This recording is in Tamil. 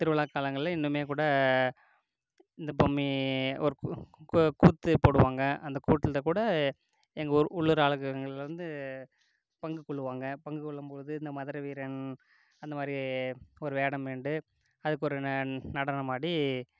திருவிழாக் காலங்களில் இன்னமும் கூட இந்த பொம்மி ஒரு கூத்து போடுவாங்க அந்த கூத்தில் கூட எங்கள் ஊர் உள்ளூர் ஆளுங்கள்லேருந்து பங்கு கொள்வாங்க பங்கு கொள்ளும் பொழுது இந்த மதுரை வீரன் அந்த மாதிரி ஒரு வேடம் அதுக்கு ஒரு நடனம் ஆடி